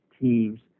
teams